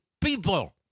people